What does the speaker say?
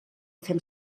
fem